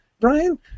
Brian